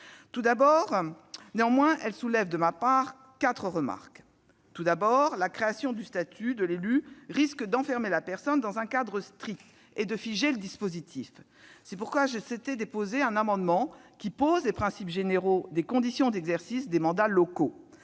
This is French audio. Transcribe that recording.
ces derniers temps. Ce texte soulève toutefois quatre remarques de ma part. Tout d'abord, la création du statut de l'élu risque d'enfermer la personne dans un cadre strict et de figer le dispositif. C'est pourquoi j'ai souhaité déposer un amendement visant à poser les principes généraux des conditions d'exercice des mandats locaux.